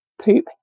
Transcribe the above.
poop